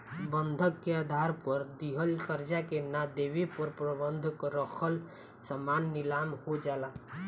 बंधक के आधार पर दिहल कर्जा के ना देवे पर बंधक रखल सामान नीलाम हो जाला